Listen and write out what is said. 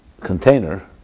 container